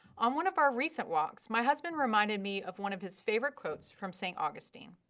on one of our recent walks, my husband reminded me of one of his favorite quotes from st. augustine.